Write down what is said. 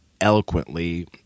eloquently